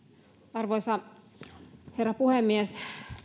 arvoisa herra puhemies